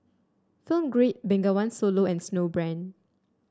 Film Grade Bengawan Solo and Snowbrand